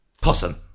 possum